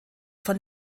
von